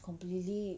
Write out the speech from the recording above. completely